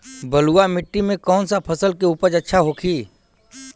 बलुआ मिट्टी में कौन सा फसल के उपज अच्छा होखी?